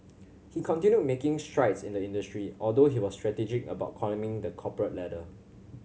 he continued making strides in the industry although he was strategic about climbing the corporate ladder